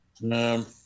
No